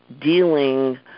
dealing